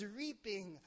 reaping